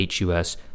HUS